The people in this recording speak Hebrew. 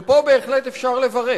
ופה בהחלט אפשר לברך